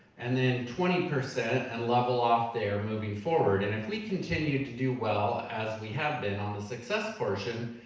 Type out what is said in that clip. and then twenty percent and level off there moving forward, and if we continue to do well as we have been, on the success portion,